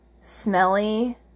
smelly